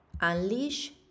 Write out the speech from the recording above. Unleash